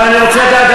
עכשיו אני רוצה לדעת,